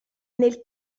nel